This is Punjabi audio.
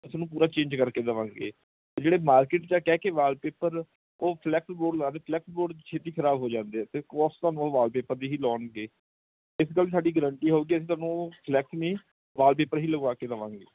ਅਸੀਂ ਉਹਨੂੰ ਪੂਰਾ ਚੇੇਂਗ ਕਰਕੇ ਦੇਵਾਂਗੇ ਜਿਹੜੇ ਮਾਰਕੀਟ 'ਚ ਕਹਿ ਕੇ ਵਾਲਪੇਪਰ ਉਹ ਫਲੈਕਸ ਬੋਰਡ ਲਾਦੇ ਫਲੈਕਸ ਬੋਰਡ ਛੇਤੀ ਖਰਾਬ ਹੋ ਜਾਂਦੇ ਆ ਅਤੇ ਕੋਸਟ ਤੁਹਾਨੂੰ ਉਹ ਵਾਲਪੇਪਰ ਦੀ ਹੀ ਲਾਉਣਗੇ ਇਕ ਗੱਲ 'ਚ ਸਾਡੀ ਗਾਰੰਟੀ ਹੋਊਗੀ ਅਸੀਂ ਤੁਹਾਨੂੰ ਫਲੈਕਸ ਨਹੀਂ ਵਾਲਪੇਪਰ ਹੀ ਲਗਾ ਕੇ ਦੇਵਾਂਗੇ